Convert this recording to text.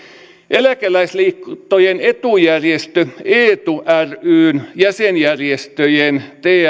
eläkeläisliittojen etujärjestö eetu ryn jäsenjärjestöjen